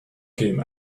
came